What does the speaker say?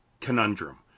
conundrum